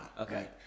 Okay